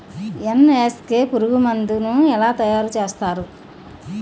NSK పురుగు మందు ను ఎలా తయారు చేస్తారు?